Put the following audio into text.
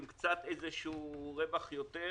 עם רווח של קצת יותר,